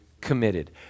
committed